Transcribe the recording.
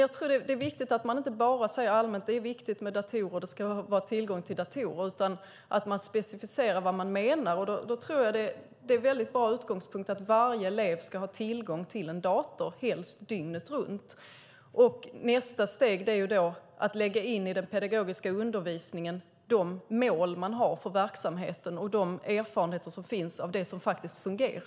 Jag tror att det är viktigt att man inte bara säger allmänt att det är viktigt med datorer och att det ska vara tillgång till datorer, utan att man specificerar vad man menar. Därför tror jag att det är en väldigt bra utgångspunkt att varje elev ska ha tillgång till en dator, helst dygnet runt. Nästa steg är då att i den pedagogiska undervisningen lägga in de mål man har för verksamheten och de erfarenheter som finns av det som faktiskt fungerar.